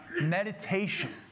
meditation